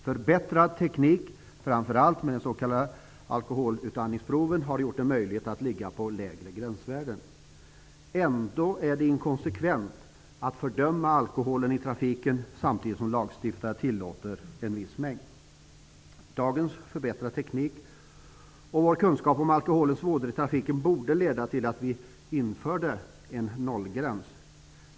Förbättrad teknik, framför allt med de s.k. alkoholutandningsproven, har gjort det möjligt att sätta lägre gränsvärden. Trots det är det inkonsekvent att fördöma alkoholen i trafiken samtidigt som lagstiftare tillåter en viss mängd. Dagens förbättrade teknik och vår kunskap om alkoholens vådor i trafiken borde leda till att vi införde en nollgräns.